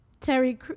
Terry